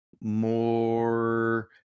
more